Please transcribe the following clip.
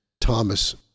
Thomas